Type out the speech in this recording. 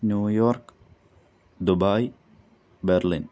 New York Dubai Berlin